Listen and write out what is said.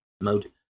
mode